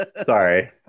sorry